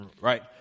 Right